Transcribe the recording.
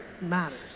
matters